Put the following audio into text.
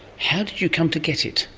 how did you come to get it?